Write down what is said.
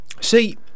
See